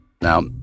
Now